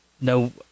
no